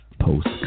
Post